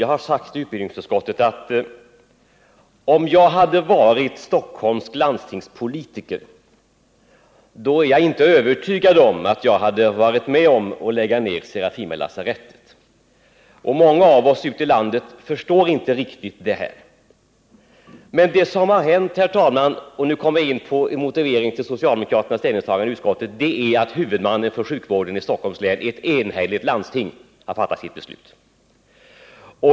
Jag har sagt i utbildningsutskottet att jag inte är övertygad om att jag, ifall jag hade varit stockholmsk landstingspolitiker, skulle ha medverkat till att lägga ned Serafimerlasarettet, och det är många av oss ute i landet som inte riktigt förstår det som skett i den frågan. Men vad som har hänt, herr talman — och nu kommer jag in på motiveringen till socialdemokraternas ställningstagande i utskottet — är att huvudmannen för sjukvården i Stockholms län, ett enhälligt landsting, har fattat sitt beslut.